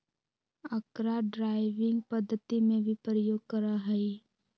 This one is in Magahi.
अकरा ड्राइविंग पद्धति में भी प्रयोग करा हई